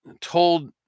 told